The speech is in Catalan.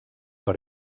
per